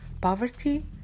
poverty